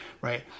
right